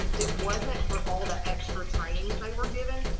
it wasn't for all the extra trainings they were given.